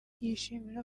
yishimira